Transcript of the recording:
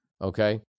okay